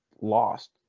lost